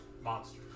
Monster